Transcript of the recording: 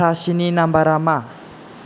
प्राचिनि नाम्बारा मा